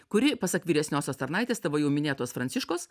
kuri pasak vyresniosios tarnaitės tavo jau minėtos franciškos